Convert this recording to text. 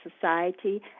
society